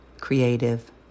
creative